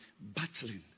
battling